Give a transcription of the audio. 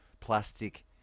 plastic